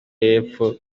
y’epfo